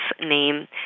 name